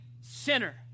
sinner